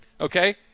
Okay